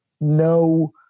no